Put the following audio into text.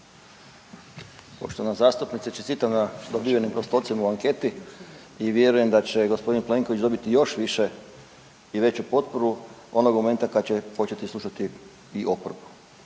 Poštovana zastupnice čestitam na dobivenim postocima u anketi i vjerujem da će gospodin Plenković dobiti još više i veću potporu onog momenta kad će početi slušati i oporbu.